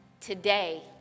Today